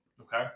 Okay